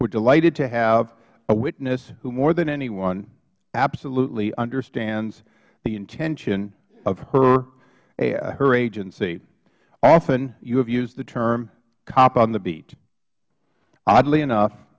are delighted to have a witness who more than anyone absolutely understands the intention of her agency often you have used the term cop on the beat oddly enough